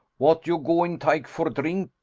what you goin' take for drink?